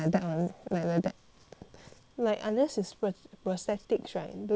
like unless is prosthetic right the leg won't be like that [one]